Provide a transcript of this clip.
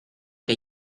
que